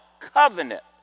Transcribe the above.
covenant